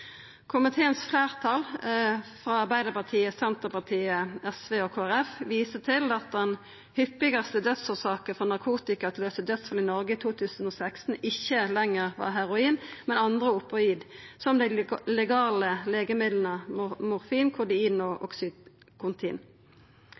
Komiteens fleirtal, medlemene frå Arbeidarpartiet, Senterpartiet, SV og Kristeleg Folkeparti, viser til at den mest hyppige dødsårsaka for narkotikautløyste dødsfall i Noreg i 2016 ikkje lenger var heroin, men andre opioid, som dei legale legemidla morfin, kodein og